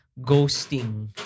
ghosting